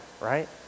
right